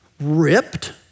ripped